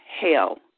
hell